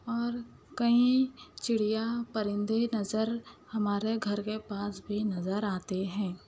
اور کہیں چڑیا پرندے نظر ہمارے گھر کے پاس بھی نظر آتے ہیں